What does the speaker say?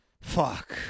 Fuck